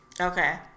Okay